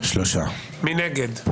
מי נגד?